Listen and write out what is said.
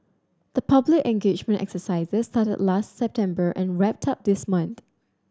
the public engagement exercises started last September and wrapped up this month